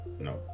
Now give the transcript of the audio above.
No